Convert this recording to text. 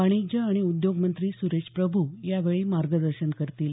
वाणिज्य आणि उद्योग मंत्री सुरेश प्रभू यावेळी मार्गदर्शन करतील